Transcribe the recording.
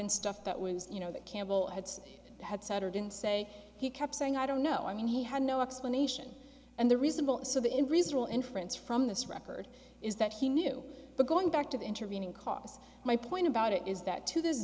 in stuff that when you know that campbell adds had satter didn't say he kept saying i don't know i mean he had no explanation and the reasonable so in reasonable inference from this record is that he knew the going back to the intervening cause my point about it is that to this